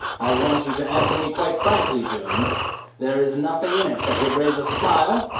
i want you to answer me quite frankly, jones there is nothing in it that would raise a smile,